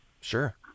sure